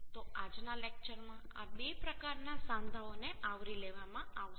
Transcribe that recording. તો આજના લેક્ચરમાં આ બે પ્રકારના સાંધાઓને આવરી લેવામાં આવશે